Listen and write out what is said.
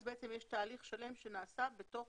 אז בצעם יש תהליך שלם שנעשה בתוך